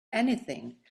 anything